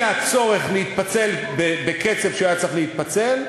הצורך להתפצל בקצב שהוא היה צריך להתפצל,